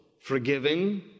forgiving